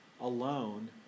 alone